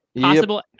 Possible